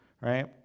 right